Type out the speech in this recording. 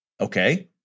okay